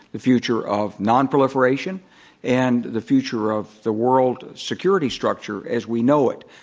the future of nonproliferation, and the future of the world security structure as we know it.